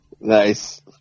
Nice